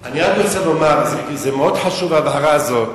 אני רק רוצה לומר: מאוד חשובה ההבהרה הזאת,